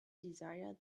desire